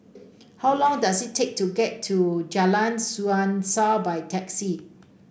how long does it take to get to Jalan Suasa by taxi